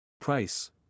Price